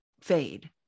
fade